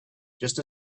just